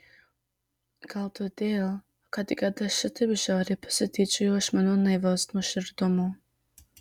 gal todėl kad gedas šitaip žiauriai pasityčiojo iš mano naivaus nuoširdumo